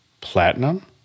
Platinum